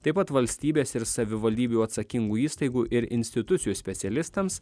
taip pat valstybės ir savivaldybių atsakingų įstaigų ir institucijų specialistams